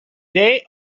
they